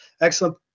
Excellent